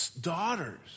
Daughters